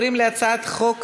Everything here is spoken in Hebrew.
אני קובעת כי הצעת חוק